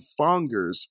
fongers